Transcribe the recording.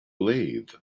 lathe